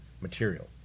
material